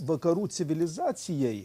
vakarų civilizacijai